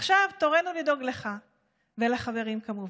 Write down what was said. עכשיו תורנו לדאוג לך ולחברים, כמובן,